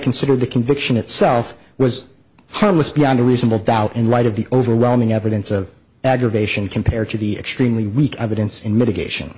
considered the conviction itself was harmless beyond a reasonable doubt in light of the overwhelming evidence of aggravation compared to the extremely weak evidence in mitigation